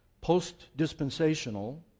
post-dispensational